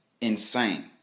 insane